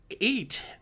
eight